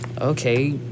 Okay